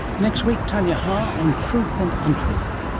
next week, tanya ha on truth and untruth.